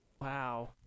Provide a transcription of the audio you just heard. wow